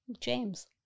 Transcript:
James